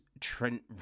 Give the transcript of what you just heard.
Trent